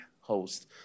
host